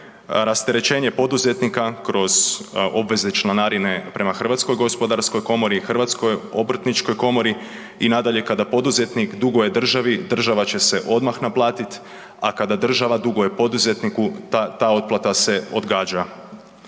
rasterećenje poduzetnika kroz obvezne članarine prema HGK-u, HOK-u i nadalje kada poduzetnik duguje državi država će se odmah naplatit, a kada država duguje poduzetniku ta, ta otplata se odgađa.